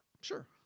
Sure